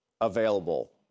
available